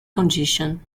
condition